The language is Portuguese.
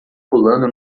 pulando